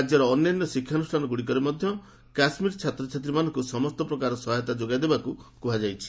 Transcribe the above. ରାଜ୍ୟର ଅନ୍ୟାନ୍ୟ ଶିକ୍ଷାନୁଷ୍ଠାନଗୁଡ଼ିକରେ ମଧ୍ୟ କାଶ୍ମୀର ଛାତ୍ରଛାତ୍ରୀମାନଙ୍କୁ ସମସ୍ତ ପ୍ରକାର ସହାୟତା ଯୋଗାଇଦେବାକୁ କୁହାଯାଇଛି